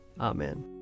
Amen